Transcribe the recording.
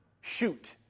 shoot